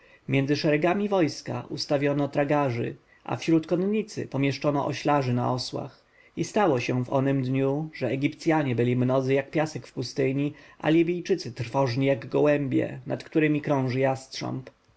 między szeregami wojska ustawiono spokojnych tragarzy a wśród konnicy pomieszczono oślarzy na osłach i stało się w onym dniu że egipcjanie byli mnodzy jak piasek w pustyni a libijczycy trwożni jak gołębie nad któremi krąży